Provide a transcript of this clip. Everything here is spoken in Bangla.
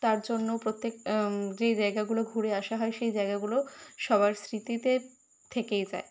তার জন্য প্রত্যেক যেই জায়গাগুলো ঘুরে আসা হয় সেই জায়গাগুলো সবার স্মৃতিতে থেকেই যায়